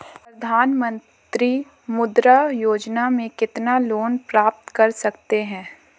प्रधानमंत्री मुद्रा योजना में कितना लोंन प्राप्त कर सकते हैं?